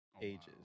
ages